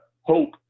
hope